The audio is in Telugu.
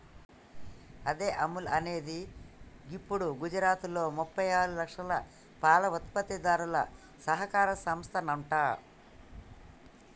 అదే అముల్ అనేది గిప్పుడు గుజరాత్లో ముప్పై ఆరు లక్షల పాల ఉత్పత్తిదారుల సహకార సంస్థనంట